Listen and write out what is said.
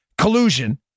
collusion